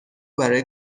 برای